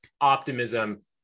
optimism